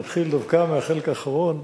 אני אתחיל דווקא מהחלק האחרון